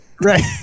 Right